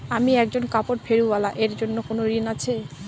আমি একজন কাপড় ফেরীওয়ালা এর জন্য কোনো ঋণ আছে?